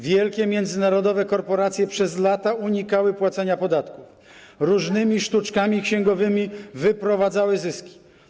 Wielkie międzynarodowe korporacje przez lata unikały płacenia podatków, różnymi sztuczkami księgowymi wyprowadzały zyski.